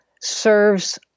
serves